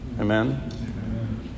Amen